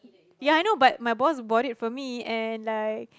ya I know but my boss bought it for me and like